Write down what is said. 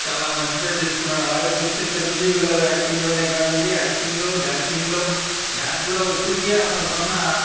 చాలా మంచి పేరు తెచ్చుకున్నాడు అలాగే చూస్తే చిరంజీవి గారు యాక్టింగ్లోనే కాదండీ యాక్టింగ్లో డాన్సింగ్లో డాన్స్లో ఇప్పటికి అతనికి ఉన్న